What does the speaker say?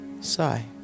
sigh